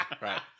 Right